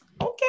okay